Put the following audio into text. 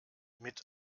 mit